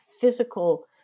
physical